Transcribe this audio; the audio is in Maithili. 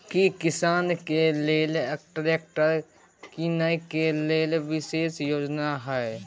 की किसान के लेल ट्रैक्टर कीनय के लेल विशेष योजना हय?